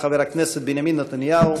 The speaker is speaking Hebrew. חבר הכנסת בנימין נתניהו,